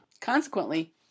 Consequently